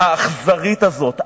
האכזרית הזאת,